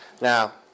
Now